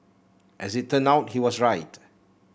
as it turn out he was right